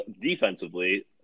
defensively